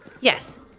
Yes